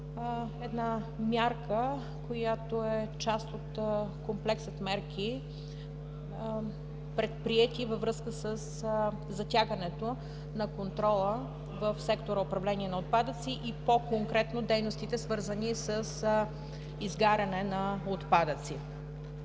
една мярка, която е част от комплекс от мерки, предприети във връзка със затягането на контрола в сектора „Управление на отпадъци“, и по-конкретно дейностите, свързани с изгаряне на отпадъци.